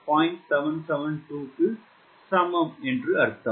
772 க்கு சமம்